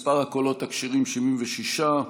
מספר הקולות הכשרים, 76,